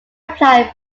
applied